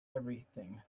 everything